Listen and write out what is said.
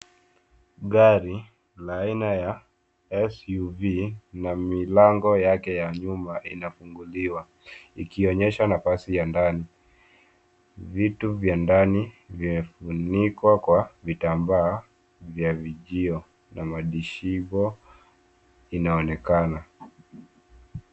Gari la aina ya SUV na milango yake ya nyuma inafunguliwa ikionyesha nafasi ya ndani. Vitu vya ndani vimefunikwa kwa vitambaa vya vijio na madishivo inaonekana.